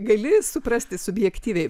gali suprasti subjektyviai